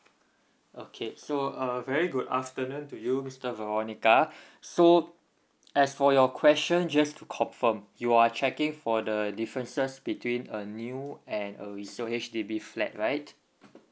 okay so a very good afternoon to you mister veronica so as for your question just to confirm you are checking for the differences between a new and a resale H_D_B flat right